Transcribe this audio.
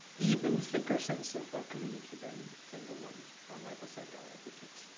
even thicker sense of ah community than than the one michael sandel advocates.